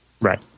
Right